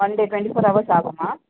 one day twenty four hours ஆகுமா